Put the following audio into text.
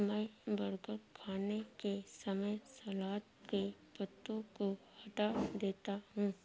मैं बर्गर खाने के समय सलाद के पत्तों को हटा देता हूं